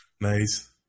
nice